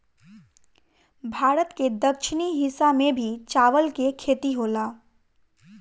भारत के दक्षिणी हिस्सा में भी चावल के खेती होला